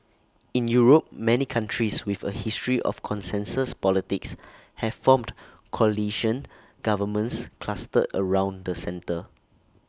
in Europe many countries with A history of consensus politics have formed coalition governments clustered around the centre